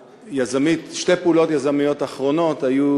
שתי פעולות יזמיות אחרונות היו